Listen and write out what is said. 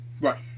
Right